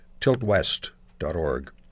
TiltWest.org